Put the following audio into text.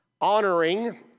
honoring